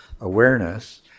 awareness